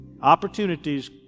opportunities